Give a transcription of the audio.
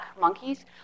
monkeys